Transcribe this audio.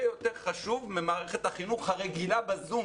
יותר חשוב ממערכת החינוך הרגילה בזום.